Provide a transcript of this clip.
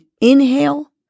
inhale